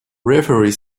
referee